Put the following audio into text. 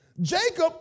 Jacob